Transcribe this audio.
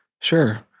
Sure